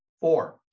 Four